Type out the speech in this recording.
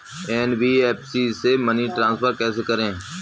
NBFC से money transfer कैसे करें?